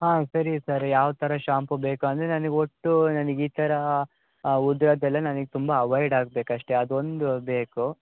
ಹಾಂ ಸರಿ ಸರಿ ಯಾವ ಥರ ಶಾಂಪು ಬೇಕು ಅಂದರೆ ನನಿಗೆ ಒಟ್ಟು ನನಿಗೆ ಈ ಥರ ಉದ್ರೋದೆಲ್ಲ ನನಿಗೆ ತುಂಬ ಅವಯ್ಡ್ ಆಗ್ಬೇಕು ಅಷ್ಟೆ ಅದೊಂದು ಬೇಕು